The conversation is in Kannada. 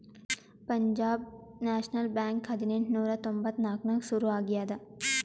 ಪಂಜಾಬ್ ನ್ಯಾಷನಲ್ ಬ್ಯಾಂಕ್ ಹದಿನೆಂಟ್ ನೂರಾ ತೊಂಬತ್ತ್ ನಾಕ್ನಾಗ್ ಸುರು ಆಗ್ಯಾದ